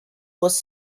was